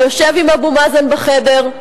הוא יושב עם אבו מאזן בחדר,